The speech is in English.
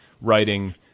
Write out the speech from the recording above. writing